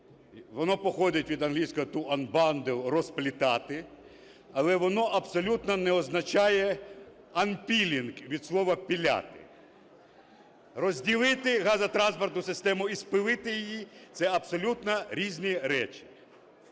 Воно походить від англійського to unbundle – розплітати, але воно абсолютно не означає "анпилінг" – від слова "пиляти". Розділити газотранспортну систему і спилити її – це абсолютно різні речі.